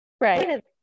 right